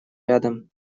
рядом